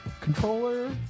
controller